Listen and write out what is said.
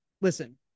listen